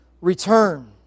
return